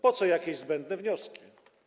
Po co jakieś zbędne wnioski?